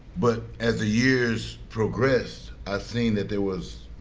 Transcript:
but as the years progressed i seen that there was